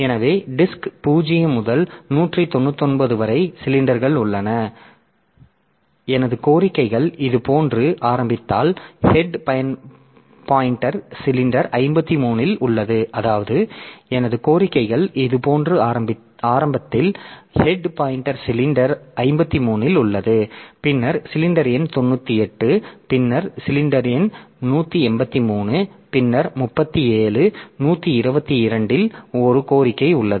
எனவே டிஸ்க்ல் 0 முதல் 199 வரை சிலிண்டர்கள் உள்ளன எனது கோரிக்கைகள் இதுபோன்று ஆரம்பத்தில் ஹெட் பாய்ன்டெர் சிலிண்டர் 53 இல் உள்ளது பின்னர் சிலிண்டர் எண் 98 பின்னர் 183 பின்னர் 37 122 இல் ஒரு கோரிக்கை உள்ளது